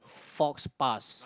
faux pas